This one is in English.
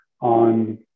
on